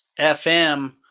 FM